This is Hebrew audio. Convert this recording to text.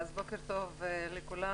בוקר טוב לכולם,